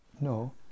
no